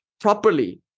properly